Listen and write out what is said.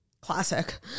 Classic